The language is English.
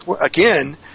again